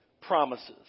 promises